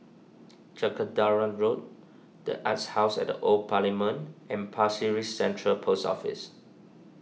Jacaranda Road the Arts House at Old Parliament and Pasir Ris Central Post Office